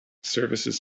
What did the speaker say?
services